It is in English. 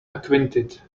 acquainted